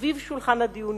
סביב שולחן הדיונים.